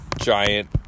giant